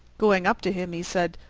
going up to him, he said,